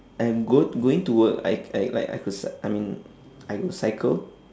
and go~ going to work I I like I could cy~ I mean I will cycle